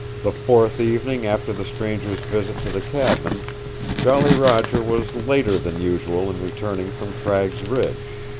the fourth evening after the stranger's visit to the cabin jolly roger was later than usual in returning from cragg's ridge.